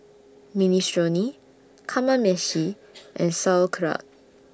Minestrone Kamameshi and Sauerkraut